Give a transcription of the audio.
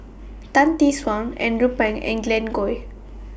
Tan Tee Suan Andrew Phang and Glen Goei